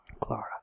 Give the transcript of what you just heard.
Clara